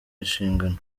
inshingano